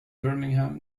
birmingham